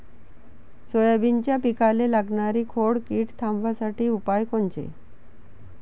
सोयाबीनच्या पिकाले लागनारी खोड किड थांबवासाठी उपाय कोनचे?